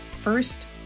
first